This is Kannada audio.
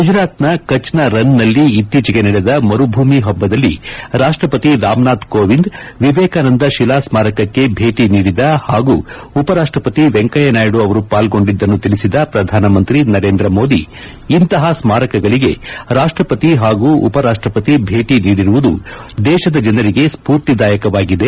ಗುಜರಾತ್ನ ಕಚ್ನ ರನ್ನ್ನಲ್ಲಿ ಇತ್ತೀಚೆಗೆ ನಡೆದ ಮರುಭೂಮಿ ಹಬ್ಬದಲ್ಲಿ ರಾಷ್ಟ್ರಪತಿ ರಾಮನಾಥ್ ಕೋವಿಂದ್ ವಿವೇಕಾನಂದ ಶಿಲಾ ಸ್ಮಾರಕಕ್ಕೆ ಭೇಟಿ ನೀಡಿದ ಹಾಗೂ ಉಪರಾಷ್ಟ್ರಪತಿ ವೆಂಕಯ್ಯನಾಯ್ಡು ಅವರು ಪಾಲ್ಗೊಂಡಿದ್ದನ್ನು ತಿಳಿಸಿದ ಪ್ರಧಾನಮಂತ್ರಿ ನರೇಂದ್ರ ಮೋದಿ ಇಂತಹ ಸ್ಮಾರಕಗಳಿಗೆ ರಾಷ್ಟ ಪತಿ ಹಾಗೂ ಉಪರಾಷ್ಟ್ರಪತಿ ಭೇಟಿ ನೀಡಿರುವುದು ದೇಶದ ಜನರಿಗೆ ಸ್ಸೂರ್ತಿದಾಯಕವಾಗಿದೆ